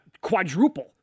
quadruple